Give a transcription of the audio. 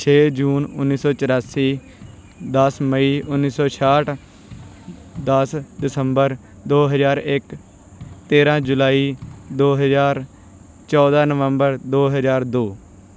ਛੇ ਜੂਨ ਉੱਨੀ ਸੌ ਚੁਰਾਸੀ ਦਸ ਮਈ ਉੱਨੀ ਸੌ ਛਿਆਹਠ ਦਸ ਦਸੰਬਰ ਦੋ ਹਜ਼ਾਰ ਇੱਕ ਤੇਰ੍ਹਾਂ ਜੁਲਾਈ ਦੋ ਹਜ਼ਾਰ ਚੌਦ੍ਹਾਂ ਨਵੰਬਰ ਦੋ ਹਜ਼ਾਰ ਦੋ